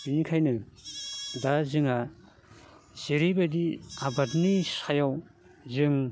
बिनिखायनो दा जोंहा जेरैबादि आबादनि सायाव जों